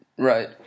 Right